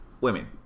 women